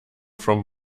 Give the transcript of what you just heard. from